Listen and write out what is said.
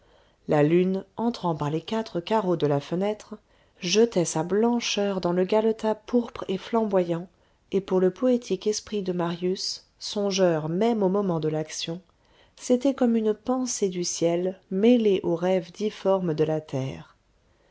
la lune entrant par les quatre carreaux de la fenêtre jetait sa blancheur dans le galetas pourpre et flamboyant et pour le poétique esprit de marius songeur même au moment de l'action c'était comme une pensée du ciel mêlée aux rêves difformes de la terre